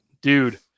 dude